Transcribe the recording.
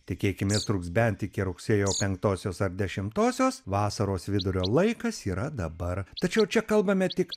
tikėkimės truks bent iki rugsėjo penktosios ar dešimtosios vasaros vidurio laikas yra dabar tačiau čia kalbame tik